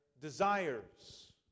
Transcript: desires